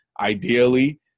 ideally